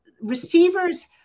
receivers –